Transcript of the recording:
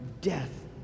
death